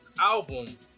album